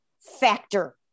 factor